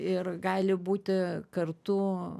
ir gali būti kartu